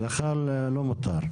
עזוב.